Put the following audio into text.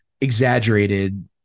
exaggerated